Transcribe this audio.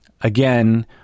Again